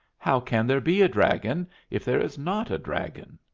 how can there be a dragon if there is not a dragon?